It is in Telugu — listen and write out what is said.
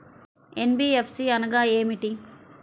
ఎన్.బీ.ఎఫ్.సి అనగా ఏమిటీ?